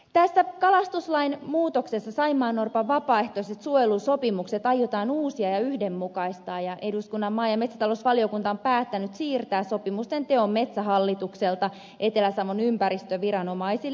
tässä kalastuslain muutoksessa saimaannorpan vapaaehtoiset suojelusopimukset aiotaan uusia ja yhdenmukaistaa ja eduskunnan maa ja metsätalousvaliokunta on päättänyt siirtää sopimusten teon metsähallitukselta etelä savon ympäristöviranomaisille